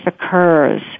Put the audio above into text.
occurs